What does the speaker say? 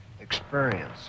experience